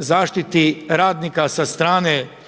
zaštiti radnika sa strane